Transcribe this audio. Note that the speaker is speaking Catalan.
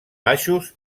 baixos